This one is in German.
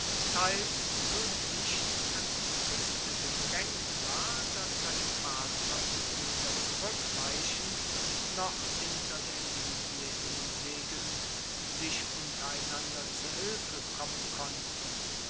teils so dicht an die kueste gedraengt war dass seine fahrzeuge weder zurueckweichen noch hinter der linie hinsegelnd sich untereinander zu hilfe kommen konnten